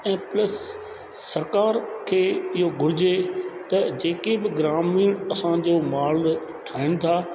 ऐं प्लस सरकार खे इहो घुरिजे त जेके बि ग्रामीण असांजो माल ठाहीनि था